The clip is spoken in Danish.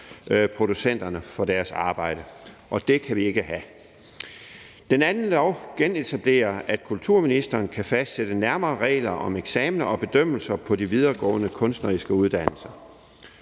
indholdsproducenterne for deres arbejde, og det kan vi ikke have. Den anden lov genetablerer, at kulturministeren kan fastsætte nærmere regler om eksamener og bedømmelser på de videregående kunstneriske uddannelser.